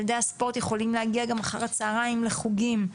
ילדי הספורט יכולים להגיע גם אחרי הצהריים גם לחוגים,